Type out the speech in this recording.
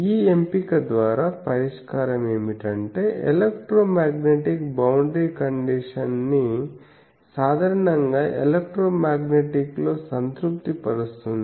ఈ ఎంపిక ద్వారా పరిష్కారం ఏమిటంటే ఎలక్ట్రోమాగ్నెటిక్ బౌండరీ కండిషన్ ని సాధారణంగా ఎలక్ట్రోమాగ్నెటిక్ లో సంతృప్తిపరుస్తుంది